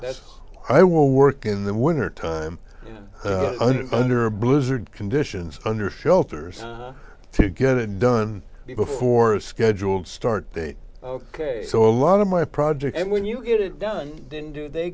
this i will work in the winter time under a blizzard conditions under shelters to get it done before a scheduled start date ok so a lot of my project and when you get it done then do they